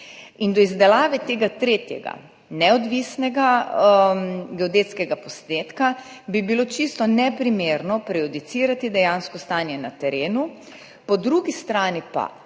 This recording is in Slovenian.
Do izdelave tretjega, neodvisnega geodetskega posnetka bi bilo čisto neprimerno prejudicirati dejansko stanje na terenu. Po drugi strani pa,